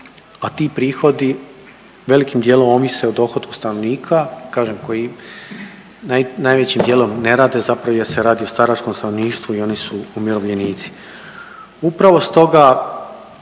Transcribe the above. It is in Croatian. a ti prihodi velikim dijelom ovise o dohotku stanovnika kažem koji najvećim dijelom ne rade zapravo jer se radi o staračkom stanovništvu i oni su umirovljenici. Upravo stoga